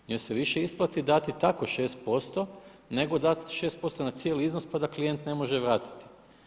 Njoj se više isplati dati tako 6% nego dati 6% na cijeli iznos, pa da klijent ne može vratiti.